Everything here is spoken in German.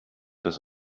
des